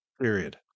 period